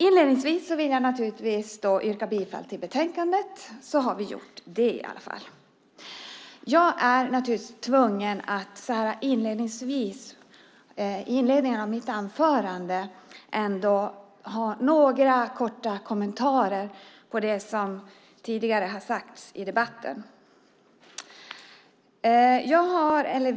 Inledningsvis yrkar jag bifall till utskottets förslag i betänkandet så att det är gjort. Jag måste kort kommentera det som har sagts tidigare i debatten.